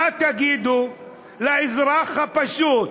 מה תגידו לאזרח הפשוט